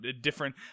different